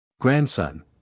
Grandson